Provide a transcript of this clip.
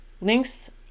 Links